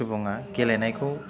सुबुङा गेलेनायखौ